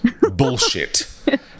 bullshit